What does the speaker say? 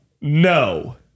No